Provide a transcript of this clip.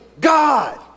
God